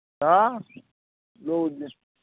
हँ लोक जे